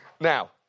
Now